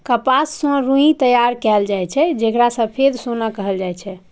कपास सं रुई तैयार कैल जाए छै, जेकरा सफेद सोना कहल जाए छै